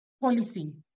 policy